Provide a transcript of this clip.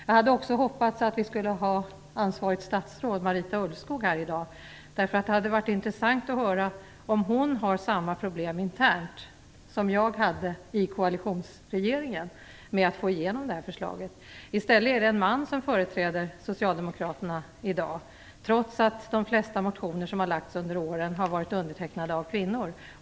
Jag hade också hoppats att vi skulle ha ansvarigt statsråd, Marita Ulvskog, här i dag. Det hade varit intressant att höra om hon internt har samma problem som jag hade i koalitionsregeringen med att få igenom det här förslaget. I stället är det en man som företräder socialdemokraterna i dag, trots att de flesta motioner som väckts genom åren har varit undertecknade av kvinnor.